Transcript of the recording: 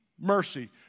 mercy